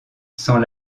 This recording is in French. sans